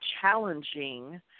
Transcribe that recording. challenging